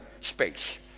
space